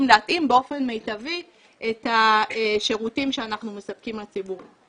להתאים באופן מיטבי את השירותים שאנחנו מספקים לציבור.